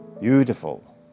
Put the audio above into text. beautiful